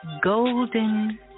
golden